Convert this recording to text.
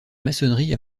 maçonnerie